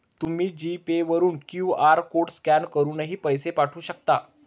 तुम्ही G Pay वरून QR code scan करूनही पैसे पाठवू शकता